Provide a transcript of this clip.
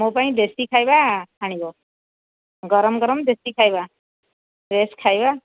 ମୋ ପାଇଁ ଦେଶୀ ଖାଇବା ଆାଣିବ ଗରମ ଗରମ ଦେଶୀ ଖାଇବା ଫ୍ରେଶ ଖାଇବା